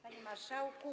Panie Marszałku!